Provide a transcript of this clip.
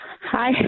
Hi